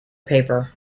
paper